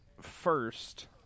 first